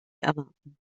erwarten